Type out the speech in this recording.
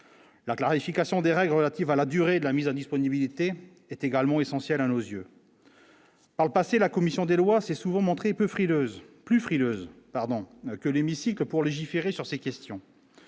la clarification des règles relatives à la durée de la mise en disponibilité est également essentiel à nos yeux. Par le passé, la commission des lois, s'est souvent montré peu frileuse plus frileuse pardon que l'hémicycle pour légiférer sur ces questions,